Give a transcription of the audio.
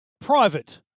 private